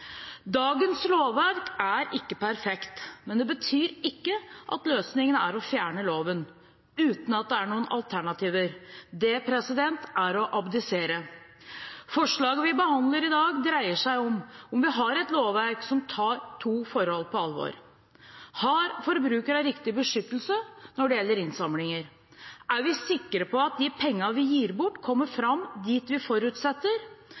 Dagens lovverk er ikke perfekt, men det betyr ikke at løsningen er å fjerne loven uten at det er noe alternativ. Det er å abdisere. Forslaget vi behandler i dag, dreier seg om om vi har et lovverk som tar to forhold på alvor: Har forbrukerne riktig beskyttelse når det gjelder innsamlinger – er vi sikre på at de pengene vi gir bort, kommer fram dit vi forutsetter,